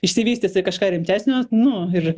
išsivystys į kažką rimtesnio nu ir